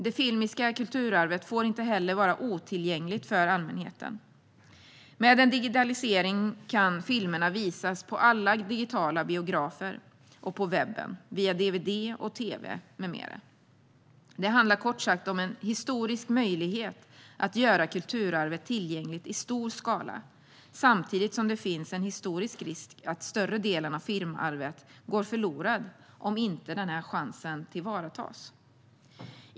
Det filmiska kulturarvet får inte heller vara otillgängligt för allmänheten. Med en digitalisering kan filmerna visas på alla digitala biografer, på webben, via dvd och tv med mera. Det handlar kort sagt om en historisk möjlighet att göra kulturarvet tillgängligt i stor skala, samtidigt som det finns en historisk risk att större delen av filmarvet går förlorat om inte denna chans tillvaratas.